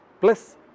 plus